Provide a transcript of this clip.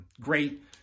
great